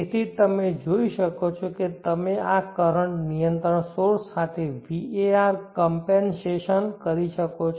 તેથી તમે જોઈ શકો છો કે તમે આ કરંટ નિયંત્રણ સોર્સ સાથે VAR કમ્પૅન્શેશન કરી શકો છો